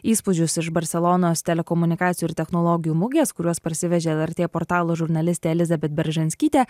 įspūdžius iš barselonos telekomunikacijų ir technologijų mugės kuriuos parsivežė lrt portalo žurnalistė elizabet beržanskytė